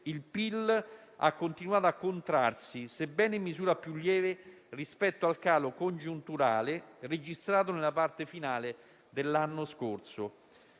il PIL ha continuato a contrarsi, sebbene in misura più lieve rispetto al calo congiunturale registrato nella parte finale dell'anno scorso.